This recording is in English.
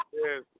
yes